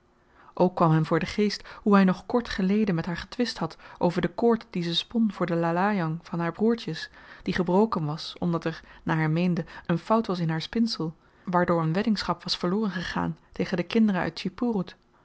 ook kwam hem voor den geest hoe hy nog kort geleden met haar getwist had over de koord die ze spon voor den lalayang van haar broertjes en die gebroken was omdat er naar hy meende een fout was in haar spinsel waardoor een weddingschap was verloren gegaan tegen de kinderen uit